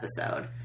episode